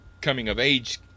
coming-of-age